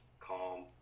calm